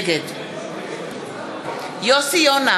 נגד יוסי יונה,